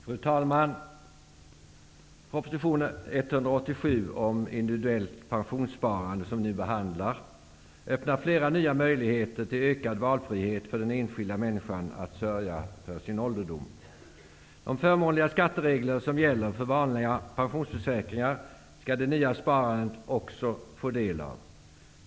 Fru talman! Proposition 187 om individuellt pensionssparande, som vi nu behandlar, öppnar flera nya möjligheter till ökad valfrihet för den enskilda människan att sörja för sin ålderdom. De förmånliga skatteregler som gäller för vanliga pensionsförsäkringar skall det nya sparandet också få del av.